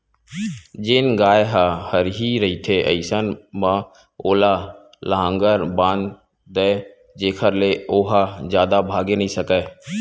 जेन गाय ह हरही रहिथे अइसन म ओला लांहगर बांध दय जेखर ले ओहा जादा भागे नइ सकय